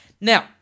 Now